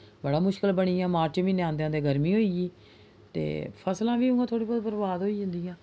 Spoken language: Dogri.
बड़ा मुश्कल बनी गेआ मार्च म्हीनै औंदे औंदे गर्मी होई गेई ते फसलां बी उ'आं थोह्ड़ियां थोह्ड़ियां बर्बाद होई जंदियां